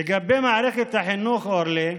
לגבי מערכת החינוך הערבית, אורלי,